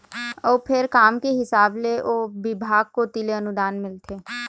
अउ फेर काम के हिसाब ले ओ बिभाग कोती ले अनुदान मिलथे